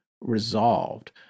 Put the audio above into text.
resolved